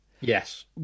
yes